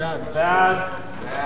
סעיפים 7 8 נתקבלו.